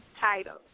Titles